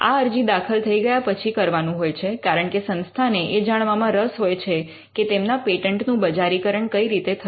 આ અરજી દાખલ થઈ ગયા પછી કરવાનું હોય છે કારણ કે સંસ્થા ને એ જાણવામાં રસ હોય છે કે તેમના પેટન્ટનું બજારીકરણ કઈ રીતે થશે